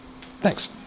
Thanks